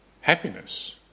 happiness